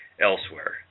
Elsewhere